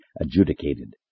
adjudicated